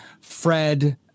Fred